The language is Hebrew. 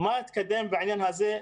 מה התקדם בעניין הזה?